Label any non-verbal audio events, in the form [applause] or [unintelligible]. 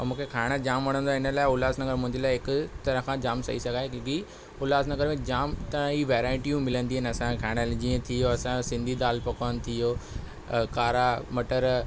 ऐं मूंखे खाइणु जाम वणंदो आहे हिन लाइ उल्हासनगर मुंहिंजे लाइ हिक तरह खां जामु सही [unintelligible] आहे [unintelligible] उल्हासनगर में जामु काई वैराइटियूं मिलंदी आहिनि असां जे खाइण लाइ जीअं थी वयो असां जो सिंधी दाल पकवानु थी वयो कारा मटर